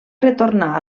retornar